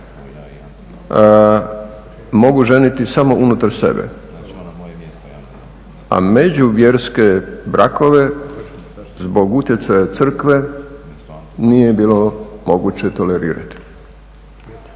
mogu ženiti samo unutar sebe. A međuvjerske brakove zbog utjecaja crkve nije bilo moguće tolerirati.